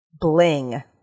Bling